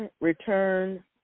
return